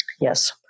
Yes